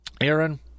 Aaron